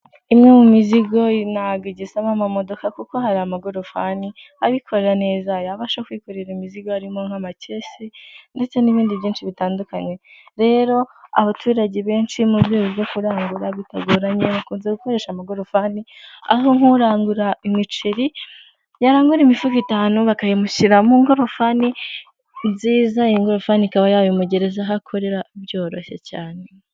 Imwe mu mizigo ntago igisaba amamodoka kuko hari amagorofani abikora neza yabasha kwikorera imizigo harimo nk'amakesi ndetse n'ibindi byinshi bitandukanye. Rero abaturage benshi mu rwego rwo kurangura bitagoranye bakunze gukoresha amagorofani aho nkurangura imiceri yanarangura imifuka itanu bakayimushyirira mu ingorofani nziza iyingorofani ikaba nayo imugereza aho akorera byoroshye cyane.